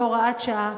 בהוראת שעה,